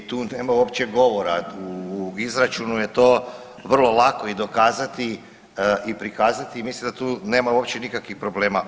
Brojke su ... i tu nema uopće govora u izračunu je to vrlo lako i dokazati i prikazati i mislim da tu nema uopće nikakvih problema.